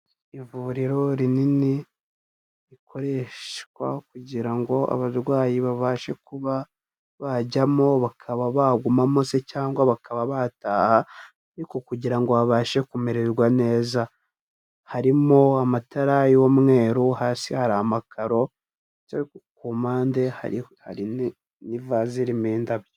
Ivuriro rinini rikoreshwa kugira ngo abarwayi babashe kuba, bajyamo bakaba bagumamo se cyangwa bakaba bataha, ariko kugira ngo babashe kumererwa neza. Harimo amatara y'umweru, hasi hari amakaro, ndetse ku mpande hari n'ivaze irimo indabyo.